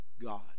God